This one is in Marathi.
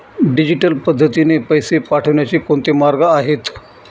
डिजिटल पद्धतीने पैसे पाठवण्याचे कोणते मार्ग आहेत?